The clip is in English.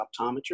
optometry